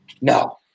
No